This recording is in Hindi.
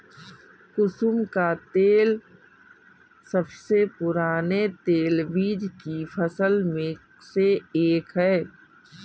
कुसुम का तेल सबसे पुराने तेलबीज की फसल में से एक है